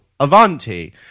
Avanti